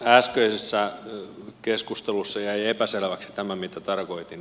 äskeisessä keskustelussa jäi epäselväksi tämä mitä tarkoitin